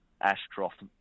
Ashcroft